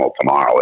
tomorrow